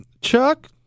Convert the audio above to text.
Chuck